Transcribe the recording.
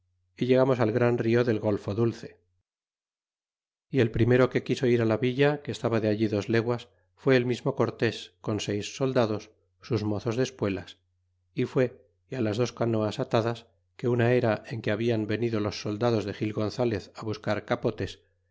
y llegamos al gran rio del golfo dulce y el primero que quiso ir á la villa que estaba de allí dos leguas fué el mismo cortés con seis soldados sus mozos de espuelas y fué é las dos canoas atadas que una era en que habian venido los soldados de gil gonzalez á buscar capo